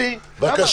אלי, למה?